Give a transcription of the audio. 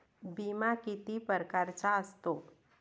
बिमा किती परकारचा असतो?